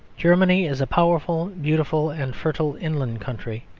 germany is a powerful, beautiful and fertile inland country,